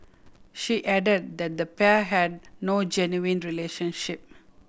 she added that the pair had no genuine relationship